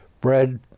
bread